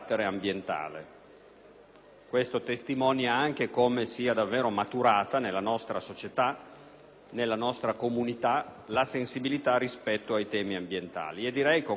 Ciò testimonia inoltre come sia davvero maturata, nella nostra società, nella nostra comunità, la sensibilità rispetto ai temi ambientali. Con grande soddisfazione,